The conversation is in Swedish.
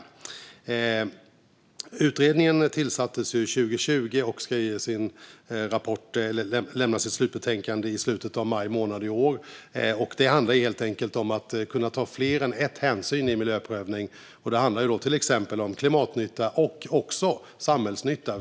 Utredningen tillsattes 2020 och ska lämna sitt slutbetänkande i slutet av maj månad i år. Det handlar helt enkelt om att ta hänsyn till fler frågor i miljöprövningen. Det handlar till exempel om klimatnytta och samhällsnytta.